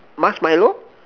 marshmallow